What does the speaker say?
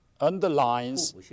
underlines